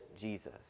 Jesus